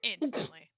instantly